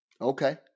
Okay